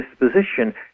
disposition